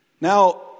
Now